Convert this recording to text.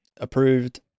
approved